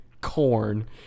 Corn